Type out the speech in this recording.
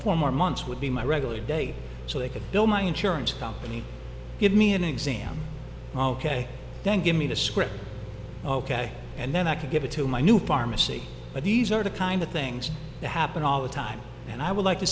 four more months would be my regular day so they could bill my insurance company give me an exam oh ok then give me the script ok and then i could give it to my new pharmacy but these are the kind of things to happen all the time and i would like to